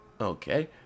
Okay